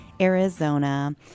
Arizona